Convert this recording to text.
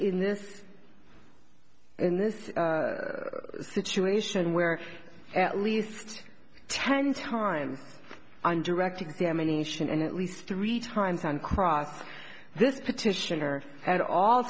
in this in this situation where at least ten times on direct examination and at least three times on cross this petitioner at all